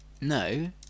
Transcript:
no